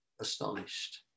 astonished